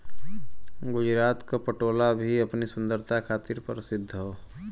गुजरात क पटोला भी अपनी सुंदरता खातिर परसिद्ध हौ